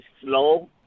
slow